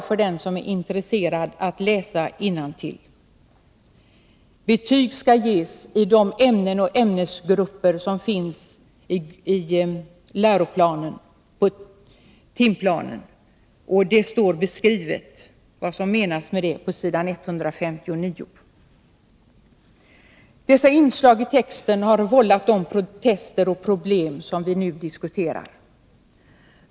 För dem som är intresserade är det bara att läsa innantill. Betyg skall ges i de ämnen och ämnesgrupper som finns i läroplanen och timplanen. Det står beskrivet på s. 159 vad som menas med det. Dessa inslag i texten har vållat de protester och problem som vi nu diskuterar.